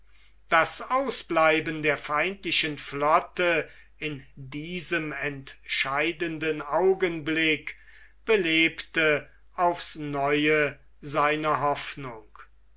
das ausbleiben der feindlichen flotte in diesem entscheidenden augenblick belebte aufs neue seine hoffnung